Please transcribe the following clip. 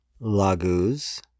Laguz